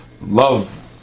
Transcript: love